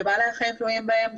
שבעלי החיים תלויים בהם,